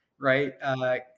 right